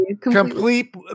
complete